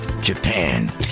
Japan